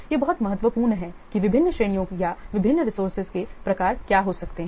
यह बहुत महत्वपूर्ण है कि विभिन्न श्रेणियों या विभिन्न रिसोर्सेज के प्रकार क्या हो सकते हैं